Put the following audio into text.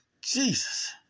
Jesus